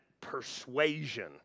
persuasion